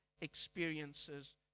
experiences